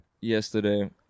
Yesterday